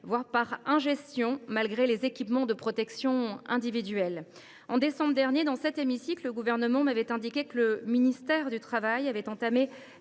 voire par ingestion, malgré les équipements de protection individuelle. En décembre dernier, dans cet hémicycle, le Gouvernement m’avait indiqué que le ministère du travail avait entamé